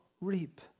reap